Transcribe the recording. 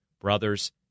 brothers